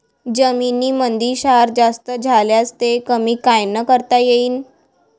जमीनीमंदी क्षार जास्त झाल्यास ते कमी कायनं करता येईन?